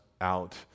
out